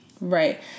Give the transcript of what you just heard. right